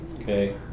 Okay